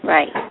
Right